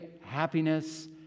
happiness